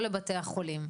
לא לבתי החולים.